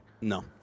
No